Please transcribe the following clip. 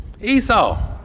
Esau